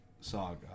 saga